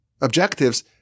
objectives